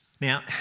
Now